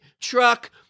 truck